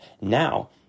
now